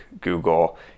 Google